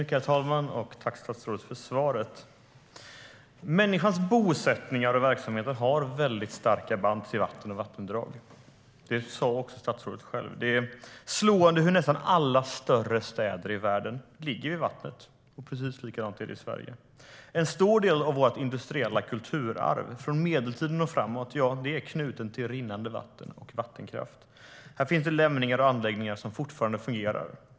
Herr talman! Tack, statsrådet, för svaret! Människans bosättningar och verksamheter har väldigt starka band till vatten och vattendrag. Det sa också statsrådet själv. Det är slående hur nästan alla större städer i världen ligger vid vatten. Precis likadant är det i Sverige. En stor del av vårt industriella kulturarv från medeltiden och framåt är knutet till rinnande vatten och vattenkraft. Här finns det lämningar och anläggningar som fortfarande fungerar.